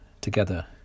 together